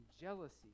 jealousy